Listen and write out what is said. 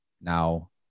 Now